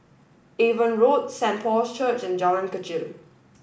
Avon Road Saint Paul's Church and Jalan Kechil